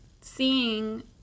seeing